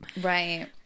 Right